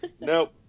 Nope